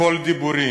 הכול דיבורים,